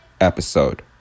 episode